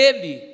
Ele